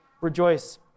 rejoice